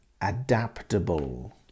adaptable